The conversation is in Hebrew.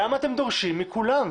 למה אתם דורשים מכולם?